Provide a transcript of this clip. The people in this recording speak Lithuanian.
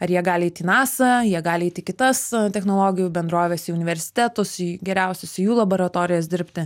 ar jie gali eit į nasa jie gali eit į kitas technologijų bendroves į universitetus į geriausias jų laboratorijas dirbti